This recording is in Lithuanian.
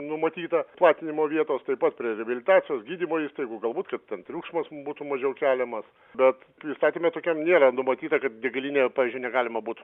numatyta platinimo vietos taip pat prie reabilitacijos gydymo įstaigų galbūt kad ten triukšmas būtų mažiau keliamas bet įstatyme tokiam nėra numatyta kad degalinėje pavyzdžiui negalima būtų